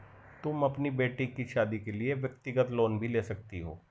तुम अपनी बेटी की शादी के लिए व्यक्तिगत लोन भी ले सकती हो